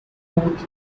report